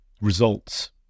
results